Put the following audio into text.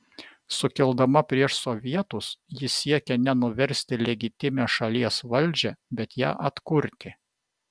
sukildama prieš sovietus ji siekė ne nuversti legitimią šalies valdžią bet ją atkurti